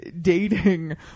dating